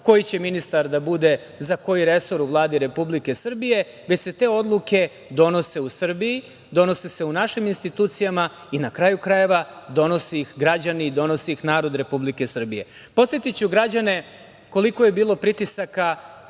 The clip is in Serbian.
koji će ministar da bude za koji resor u Vladi Republike Srbije, već se te odluke donose u Srbiji, donose se u našim institucijama i, na kraju krajeva, donose ih građani i donosi ih narod Republike Srbije. Podsetiću građane koliko je bilo pritisaka